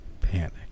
panic